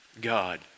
God